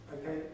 okay